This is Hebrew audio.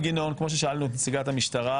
מכיוון שאנחנו רוצים להחזיר לך את הכוח כנציגת ציבור,